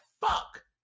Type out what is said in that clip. fuck